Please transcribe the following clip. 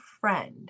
friend